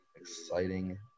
exciting